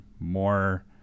more